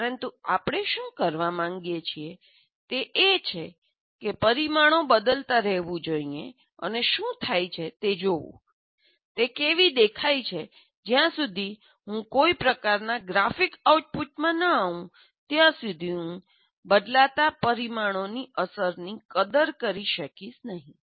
પરંતુ આપણે શું કરવા માગીએ છીએ તે એ છે કે પરિમાણો બદલતા રહેવું જોઈએ અને શું થાય છે તે જોવું તે કેવી દેખાય છે જ્યાં સુધી હું કોઈ પ્રકારના ગ્રાફિક આઉટપુટમાં ન આવું ત્યાં સુધી હું બદલાતા પરિમાણોની અસરની કદર કરી શકીશ નહીં